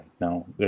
no